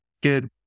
Good